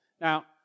Now